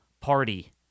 party